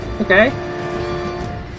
Okay